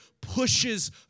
pushes